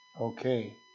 Okay